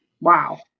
Wow